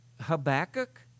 Habakkuk